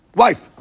wife